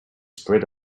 spread